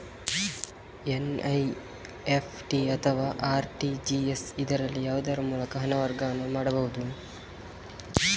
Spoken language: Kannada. ಎನ್.ಇ.ಎಫ್.ಟಿ ಅಥವಾ ಆರ್.ಟಿ.ಜಿ.ಎಸ್, ಇದರಲ್ಲಿ ಯಾವುದರ ಮೂಲಕ ಹಣ ವರ್ಗಾವಣೆ ಮಾಡಬಹುದು?